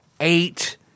eight